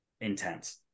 intense